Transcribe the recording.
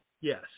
Yes